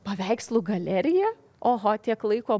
paveikslų galerija oho tiek laiko